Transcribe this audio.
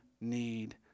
need